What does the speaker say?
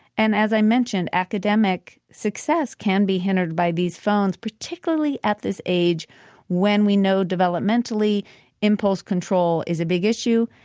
and as i mentioned, academic success can be hindered by these phones, particularly at this age when we know developmentally impulse control is a big issue.